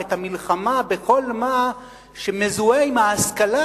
את המלחמה בכל מה שמזוהה עם ההשכלה,